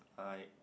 I